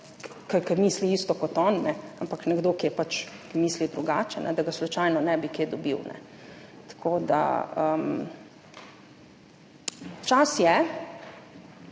ki misli isto kot on, ampak nekdo, ki misli drugače, da ga slučajno ne bi kje dobil. Čas je,